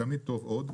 תמיד טוב עוד,